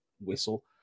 whistle